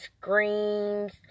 screams